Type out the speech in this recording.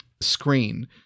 screen